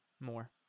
more